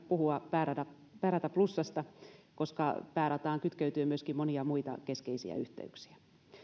puhua päärata päärata plussasta koska päärataan kytkeytyy myöskin monia muita keskeisiä yhteyksiä